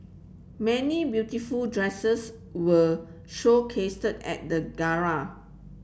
many beautiful dresses were showcased at the gala